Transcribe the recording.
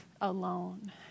alone